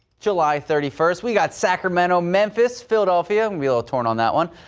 july thirty first, we got sacramento, memphis, philadelphia and we'll torn on that one.